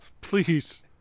please